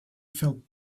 felt